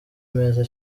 meza